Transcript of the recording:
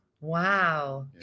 wow